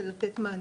של לתת מענה